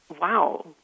wow